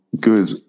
good